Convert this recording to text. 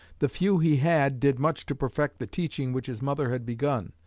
the few he had did much to perfect the teaching which his mother had begun,